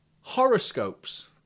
horoscopes